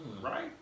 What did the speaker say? Right